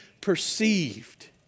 perceived